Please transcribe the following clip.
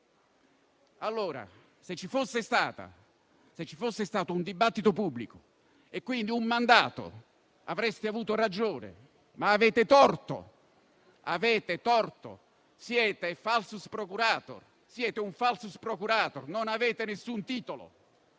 Se ci fosse stato un dibattito pubblico - e quindi un mandato - avreste avuto ragione; ma avete torto e siete un *falsus procurator*, perché non avete alcun titolo